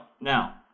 Now